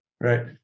Right